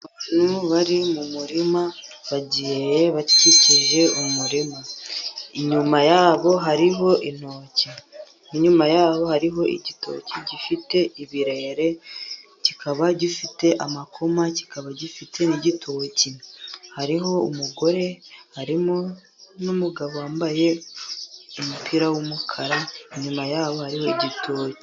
Abantu bari mu murima bagiye bakikije umurima, inyuma yabo hariho intoki, inyuma yaho hari igitoki gifite ibirere kikaba gifite amakoma kikaba gifite igitoki, hariho umugore harimo n'umugabo wambaye umupira w'umukara, inyuma yaho hariho igitoki.